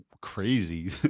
crazy